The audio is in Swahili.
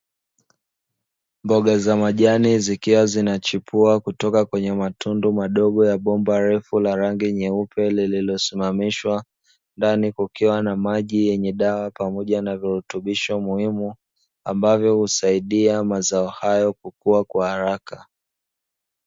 Mboga za majani zikiwa zina chipua kutoka kwenye matundu madogo ya bomba refu la rangi nyeupe lililo simamishwa, ndani kukiwa na maji yenye dawa pamoja na virutubisho muhimu ambavyo husaidia mazao hayo kukuwa kwa haraka.